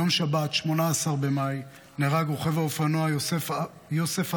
ביום שבת 18 במאי נהרג רוכב האופנוע יוסף עבאס,